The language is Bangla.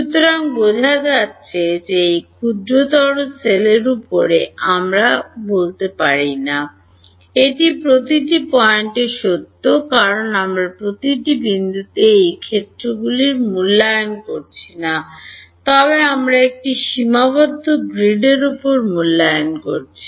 সুতরাং বোঝা যাচ্ছে যে এই ক্ষুদ্রতর সেল এর উপরে আমরা বলতে পারি না যে এটি প্রতিটি পয়েন্টে সত্য কারণ আমরা প্রতি বিন্দুতে এই ক্ষেত্রগুলি মূল্যায়ন করছি না তবে আমরা একটি সীমাবদ্ধ গ্রিডের উপরে মূল্যায়ন করছি